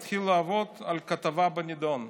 מתחיל לעבוד על כתבה בנדון.